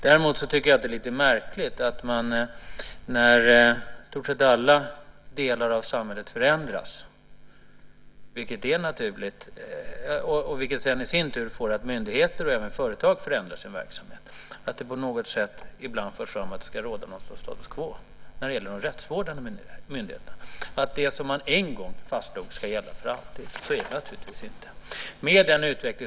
Däremot tycker jag att det är lite märkligt att när i stort sett alla delar av samhället förändras, vilket är naturligt, och därmed också myndigheter och företag förändrar sin verksamhet, förs det ibland ändå fram att det ska råda status quo när det gäller de rättsvårdande myndigheterna, att det som man en gång fastslog ska gälla för alltid. Så är det naturligtvis inte.